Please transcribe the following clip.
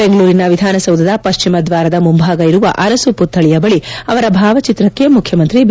ಬೆಂಗಳೂರಿನ ವಿಧಾನಸೌಧದ ಪಶ್ಚಿಮ ದ್ವಾರದ ಮುಂಭಾಗ ಇರುವ ಅರಸು ಪುತ್ತಳಿಯ ಬಳಿ ಅವರ ಭಾವಚಿತ್ರಕ್ಕೆ ಮುಖ್ಯಮಂತ್ರಿ ಬಿ